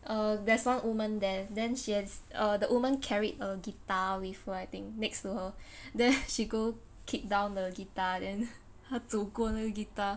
err there's one woman then then she has err the women carried a guitar with what I think next to her then she go kick down the guitar then 走过那个 guitar